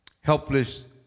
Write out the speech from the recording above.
Helpless